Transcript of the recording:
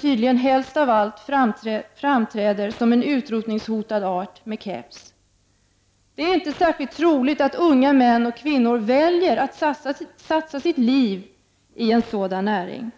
tydligen helst av allt framträder som en utrotningshotad art iklädd keps. Det är inte särskilt troligt att unga män och kvinnor väljer att satsa sitt yrkesliv i en sådan näring.